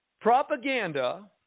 Propaganda